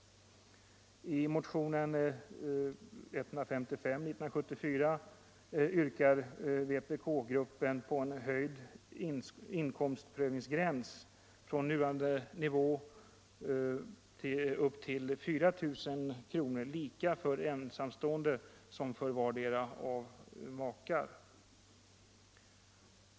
I motionen 155 år 1974 yrkar vpk-gruppen en höjning av inkomstprövningsgränsen från nuvarande nivå till 4 000 kronor, lika för ensamstående som för vardera av makar.